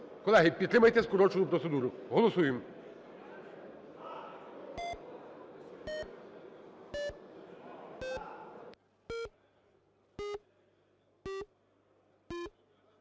Колеги, підтримайте скорочену процедуру. Голосуємо.